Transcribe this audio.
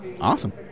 Awesome